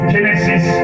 Genesis